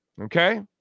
Okay